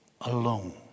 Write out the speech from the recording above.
alone